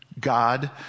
God